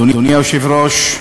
אדוני היושב-ראש,